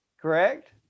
Correct